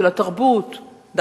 של התרבות,